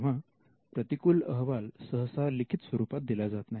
तेव्हा प्रतिकूल अहवाल सहसा लिखित स्वरूपात दिला जात नाही